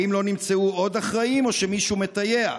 האם לא נמצאו עוד אחראים, או שמישהו מטייח?